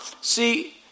See